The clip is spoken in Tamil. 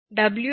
2x